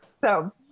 So-